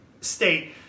state